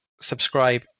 subscribe